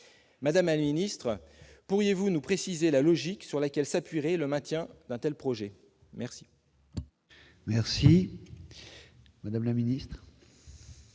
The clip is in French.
Madame la ministre, pourriez-vous nous préciser la logique sur laquelle s'appuierait le maintien d'un tel projet ? La parole est à Mme la ministre.